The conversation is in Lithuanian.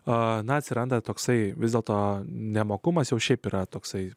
ana atsiranda toksai vis dėlto nemokumas jau šiaip yra toksai